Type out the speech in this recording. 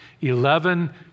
Eleven